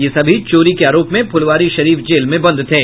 ये सभी चोरी के आरोप में फुलवारीशरीफ जेल में बंद थे